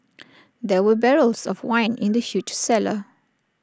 there were barrels of wine in the huge cellar